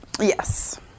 Yes